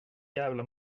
jävla